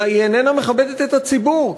אלא היא איננה מכבדת את הציבור,